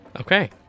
Okay